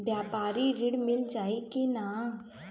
व्यापारी ऋण मिल जाई कि ना?